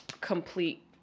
complete